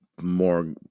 more